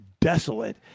Desolate